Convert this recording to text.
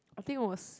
I think it was